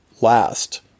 Last